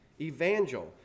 evangel